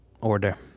order